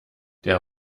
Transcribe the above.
der